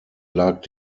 lag